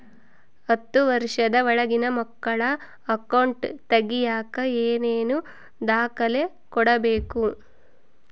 ಹತ್ತುವಷ೯ದ ಒಳಗಿನ ಮಕ್ಕಳ ಅಕೌಂಟ್ ತಗಿಯಾಕ ಏನೇನು ದಾಖಲೆ ಕೊಡಬೇಕು?